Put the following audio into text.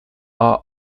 are